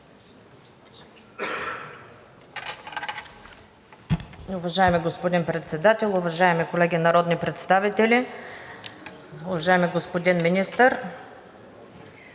Уважаеми господин Председател, уважаеми колеги народни представители, уважаеми господин Министър!